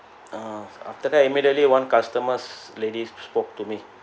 uh after that immediately one customer's ladies spoke to me